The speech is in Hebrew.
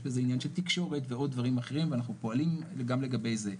יש פה עניין של תקשורת ועוד דברים אחרים ואנחנו פועלים גם לגבי זה.